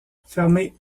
fermée